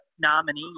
nominee